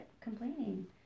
complaining